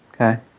Okay